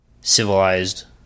civilized